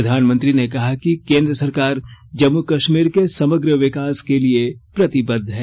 प्रधानमंत्री ने कहा कि केंद्र सरकार जम्मू कश्मीर के समग्र विकास के लिए प्रतिबद्ध है